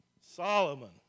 Solomon